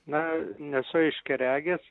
na nesu aiškiaregis